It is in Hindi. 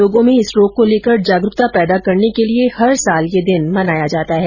लोगों में इस रोग को लेकर जागरूकता पैदा करने के लिए हर वर्ष यह दिन मनाया जाता है